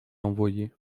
envoyée